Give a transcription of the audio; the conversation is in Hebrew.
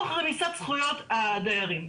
תוך רמיסת זכויות הדיירים.